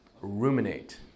Ruminate